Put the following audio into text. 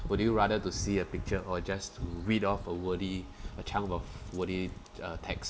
would you rather to see a picture or just to read off a wordy a chunk of wordy uh text